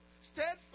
steadfast